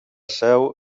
seu